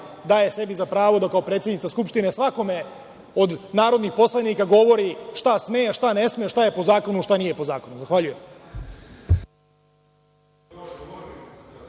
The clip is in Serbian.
daje sebi za pravo da kao predsednica Skupštine svakome od narodnih poslanika govori šta sme, a šta ne sme, šta je po zakonu, šta nije po zakonu. Zahvaljujem.